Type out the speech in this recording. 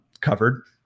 covered